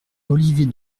olivier